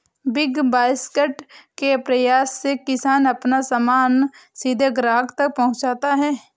big Basket के प्रयास से किसान अपना सामान सीधे ग्राहक तक पहुंचाता है